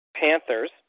Panthers